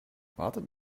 wartet